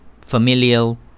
familial